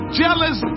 jealous